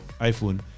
iPhone